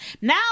Now